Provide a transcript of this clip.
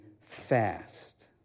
fast